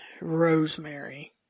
Rosemary